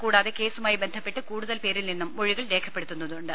കൂടാതെ കേസുമായി ബന്ധപ്പെട്ട് കൂടുതൽ പേരിൽ നിന്നും മൊഴികൾ രേഖപ്പെടുത്തുന്നുണ്ട്